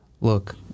look